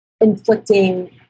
inflicting